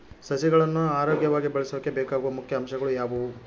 ಸಸಿಗಳನ್ನು ಆರೋಗ್ಯವಾಗಿ ಬೆಳಸೊಕೆ ಬೇಕಾಗುವ ಮುಖ್ಯ ಅಂಶಗಳು ಯಾವವು?